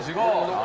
ah gold